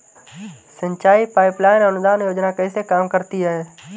सिंचाई pipeline अनुदान योजना कैसे काम करती है?